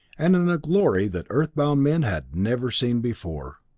and in a glory that earth-bound men had never seen before.